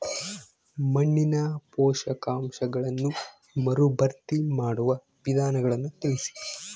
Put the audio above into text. ಮಣ್ಣಿನ ಪೋಷಕಾಂಶಗಳನ್ನು ಮರುಭರ್ತಿ ಮಾಡುವ ವಿಧಾನಗಳನ್ನು ತಿಳಿಸಿ?